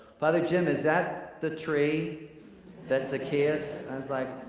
father jim, is that the tree that zacchaeus? i was like,